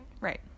right